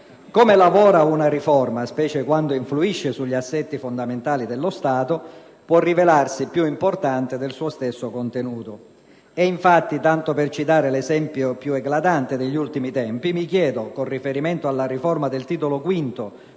cui lavora una riforma, specie quando influisce sugli assetti fondamentali dello Stato, può rivelarsi più importante del suo stesso contenuto. Infatti, tanto per citare l'esempio più eclatante degli ultimi tempi, mi chiedo, con riferimento alla riforma del Titolo V